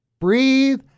Breathe